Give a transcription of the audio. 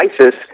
isis